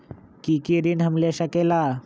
की की ऋण हम ले सकेला?